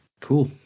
Cool